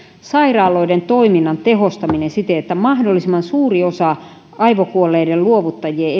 sairaaloiden toiminnan tehostaminen siten että mahdollisimman suuri osa aivokuolleiden luovuttajien